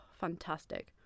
fantastic